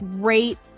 great